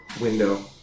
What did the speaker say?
window